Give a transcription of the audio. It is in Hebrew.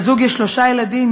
לזוג יש שלושה ילדים,